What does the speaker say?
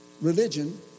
Religion